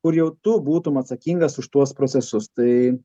kur jau tu būtum atsakingas už tuos procesus tai